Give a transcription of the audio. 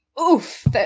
Oof